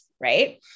right